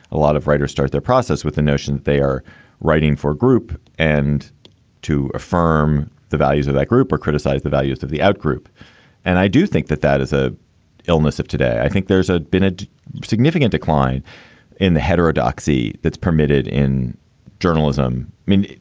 a lot of writers start their process with the notion that they are writing for group and to affirm the values of that group or criticize the values of the outgroup and i do think that that is a illness of today. i think there's a been a significant decline in the heterodoxy that's permitted in journalism. i mean,